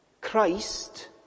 Christ